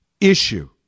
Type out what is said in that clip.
issue